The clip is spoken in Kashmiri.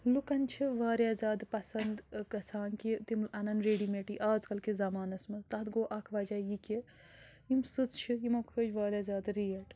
لُکن چھِ وارِیاہ زیادٕ پسند گَژھان کہِ تِم اَنن رٮ۪ڈی میٹٕے آز کَل کِس زمانس منٛز تَتھ گوٚو اَکھ وَجہ یہِ کہِ یِم سٕژ چھِ یِمو کھٲج وارِیاہ زیادٕ ریٹ